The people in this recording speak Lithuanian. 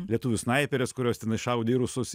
lietuvių snaiperės kurios tenais šaudė į rusus